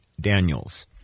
Daniels